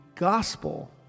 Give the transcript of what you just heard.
gospel